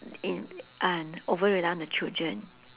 in and over rely on the children